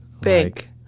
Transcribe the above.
Big